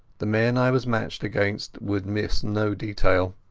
the men i was matched against would miss no detail.